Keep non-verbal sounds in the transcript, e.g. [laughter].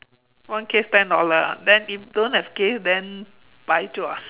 one case ten dollar ah then if don't have case then 白做 ah [laughs]